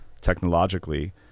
technologically